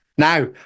Now